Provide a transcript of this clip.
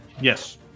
Yes